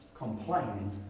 complaining